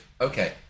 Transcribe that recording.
Okay